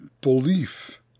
belief